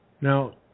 Now